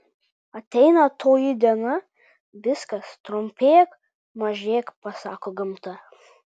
ateina toji diena viskas trumpėk mažėk pasako gamta